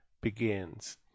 begins